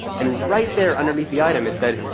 and right there underneath the item it said,